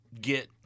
get